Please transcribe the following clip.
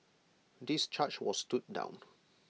this charge was stood down